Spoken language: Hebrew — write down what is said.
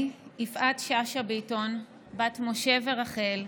אני, יפעת שאשא ביטון, בת משה ורחל,